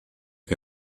que